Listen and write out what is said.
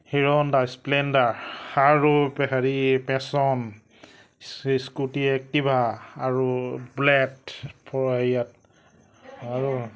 Hero Honda Splendor সাৰ Hero Passion Scooty Activa আৰু আৰু